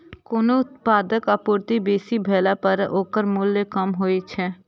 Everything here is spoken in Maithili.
कोनो उत्पादक आपूर्ति बेसी भेला पर ओकर मूल्य कम होइ छै